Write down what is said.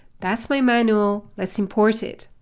that's my manual, let's import it.